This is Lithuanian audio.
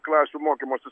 klasių mokymosi